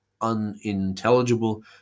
unintelligible